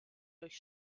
durch